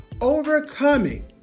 Overcoming